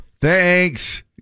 thanks